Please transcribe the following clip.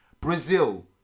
Brazil